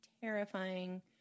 terrifying